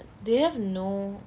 they have no